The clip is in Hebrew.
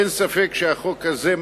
אין ספק שהחוק הזה,